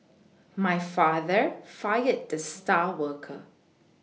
my father fired the star worker